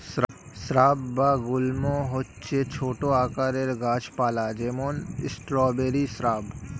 shrub বা গুল্ম হচ্ছে ছোট আকারের গাছ পালা, যেমন স্ট্রবেরি শ্রাব